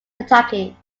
kentucky